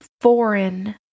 foreign